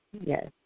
yes